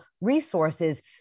resources